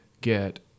get